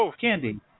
candy